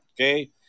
okay